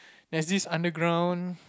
there's this underground